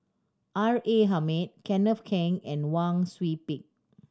R A Hamid Kenneth Keng and Wang Sui Pick